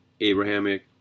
Abrahamic